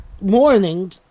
morning